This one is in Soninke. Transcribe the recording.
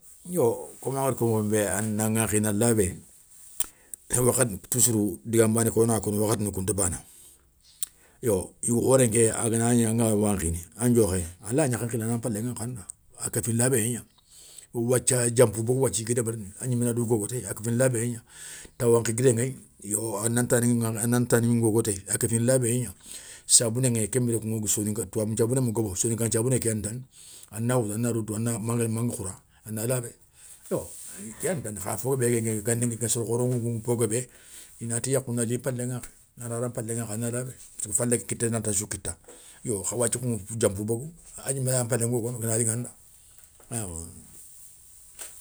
Yo koma angada ko mokhon bé nan ŋankhi na labé, ey wa khadi toussourou digan bané wona koŋo wakhati ni kounta bana, yo yougou khoren ké aganagni anga na daga wankhi an diokhé a laya gnakhé nkhili a na npalé ŋankhanda nda a kéfini labéyé gna, ou wathia dianpou bogou wathia, i gui débérini a gnimé na dou gogo téye, a kéfini labéyé gna, ta wankhi guidé ŋéyi yo a nan tani ngogo téye a kéfini labéyé gna, sabouné ŋéyi kenbiré kuŋa sabouné ma gobo soninka nthiabouné kéyani tane, a na woutou a na rodou a na manga khoura, a na labé bon kéyani tani kha fofo bé guéni ganiŋa ga soro khoro kou nkou npo guébé, i na ti yakhou nali i falé wankhi, ana ra npalé wankhi ana labé puisk falé ké kitté ranta sou kitta, yo kha wathia kouŋa dianpou bogou a gnimé raya npalé gogono anda liŋanda.